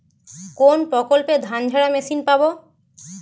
কোনপ্রকল্পে ধানঝাড়া মেশিন পাব?